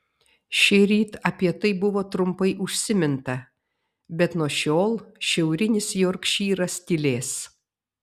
šįryt apie tai buvo trumpai užsiminta bet nuo šiol šiaurinis jorkšyras tylės